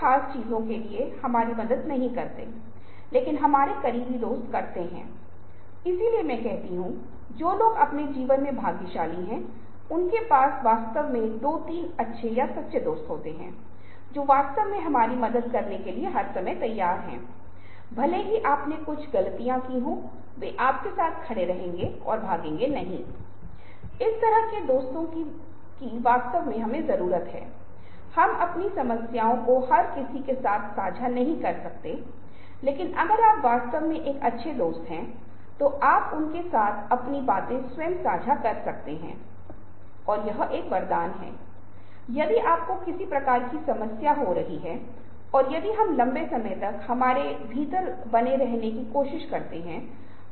अब तथ्य यह है कि हम एक प्रौद्योगिकी उन्मुख दुनिया में हैं उदाहरण के लिए यह समझ में आता है कि और एक ऐसी दुनिया में जो व्यस्त है और जहां बहुत छोटी स्क्रीन का उपयोग करके हमें अपने संदेशों को संवाद करना पड़ता है जिसके परिणामस्वरूप विभिन्न प्रकार की भाषा होती है ग्रंथों की भाषाएसएमएस की भाषा जहां बहुत सारे संक्षिप्त रूप हैं छोटे हाथ का बहुत उपयोग होता है क्योंकि अंतरिक्ष सीमित है स्क्रीन सीमित है आप एक एकल उंगलियों या शायद एक ही हाथ का उपयोग कर रहे हैं लिखने या टाइप करने के लिए निहितार्थ यह है कि यह विशेष तकनीक इस विशेष प्रकार के माध्यम जिसका उपयोग किया जा रहा है ने संदेश को संप्रेषित करने के तरीके को संशोधित किया है और इस प्रक्रिया में संदेश का अर्थ बहुत हद तक बदल दिया है